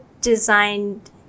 designed